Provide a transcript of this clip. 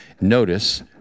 Notice